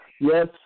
Yes